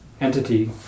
entity